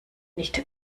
nicht